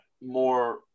more